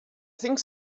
think